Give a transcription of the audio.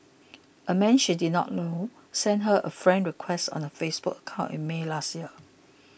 a man she did not know sent her a friend request on her Facebook account in May last year